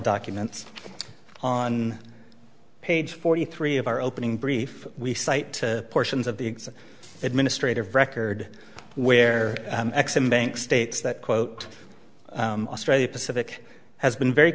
documents on page forty three of our opening brief we cite to portions of the administrative record where ex im bank states that quote australia pacific has been very